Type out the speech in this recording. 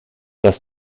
dass